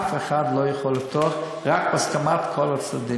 אף אחד לא יכול לפתוח, רק בהסכמת כל הצדדים,